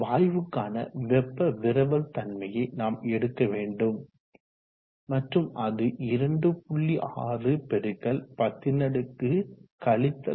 வாயுக்கான வெப்ப விரவல் தன்மையை நாம் எடுக்க வேண்டும் மற்றும் அது 2